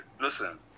listen